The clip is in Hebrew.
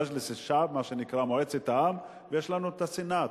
מג'לס אלשעב, מה שנקרא מועצת העם, ויש הסנאט.